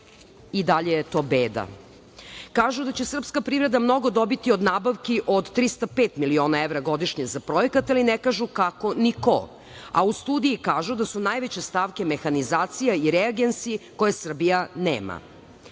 I dalje je to beda. Kažu da će srpska privreda mnogo dobiti od nabavki od 305 miliona evra godišnje za projekat, ali ne kažu kako ni ko, a u studiji kažu da su najveće stavke mehanizacija i reagensi koje Srbija